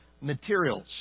materials